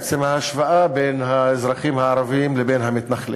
עצם ההשוואה בין האזרחים הערבים לבין המתנחלים.